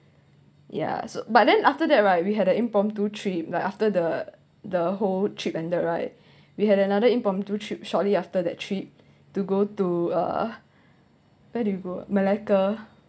yeah so but then after that right we had the impromptu trip like after the the whole trip ended right we had another impromptu trip shortly after that trip to go to uh where do you go malacca